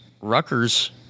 Rutgers